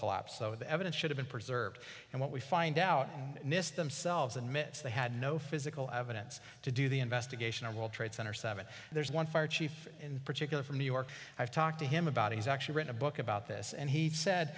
collapse so the evidence should have been preserved and what we find out this themselves in minutes they had no physical evidence to do the investigation on world trade center seven there's one fire chief in particular from new york i've talked to him about he's actually written a book about this and he said